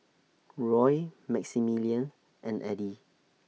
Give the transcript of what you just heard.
Roy Maximillian and Eddie